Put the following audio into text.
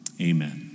Amen